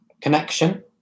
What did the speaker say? connection